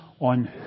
On